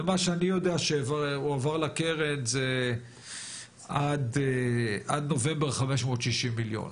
ומה שאני יודע זה שהועבר לקרן עד נובמבר 560 מיליון.